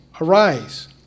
Arise